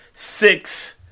Six